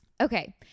Okay